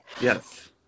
yes